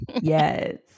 yes